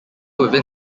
within